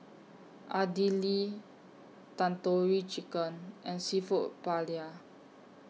Idili Tandoori Chicken and Seafood Paella